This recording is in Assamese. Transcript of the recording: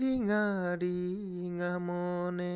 ৰিঙা ৰিঙা মনে